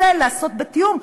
בואו ננסה לעשות בתיאום,